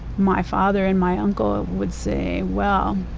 my father and my uncle would say, well,